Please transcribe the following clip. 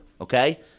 okay